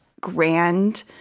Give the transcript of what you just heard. grand